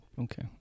Okay